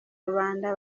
rubanda